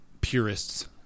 purists